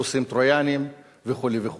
סוסים טרויאניים, וכו' וכו'.